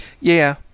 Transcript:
Yeah